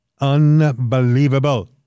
Unbelievable